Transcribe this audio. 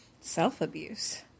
Self-abuse